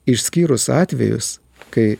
išskyrus atvejus kai